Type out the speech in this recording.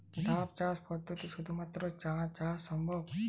ধাপ চাষ পদ্ধতিতে শুধুমাত্র চা চাষ সম্ভব?